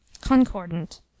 CONCORDANT